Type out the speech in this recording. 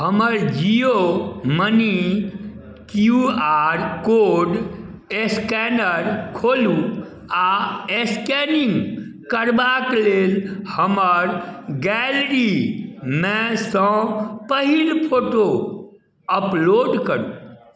हमर Jio money Q R code scanner खोलू आ स्कैनिंग करबाक लेल हमर गैलेरीमे सँ पहिल फोटो अपलोड करू